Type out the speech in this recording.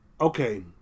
Okay